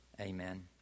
amen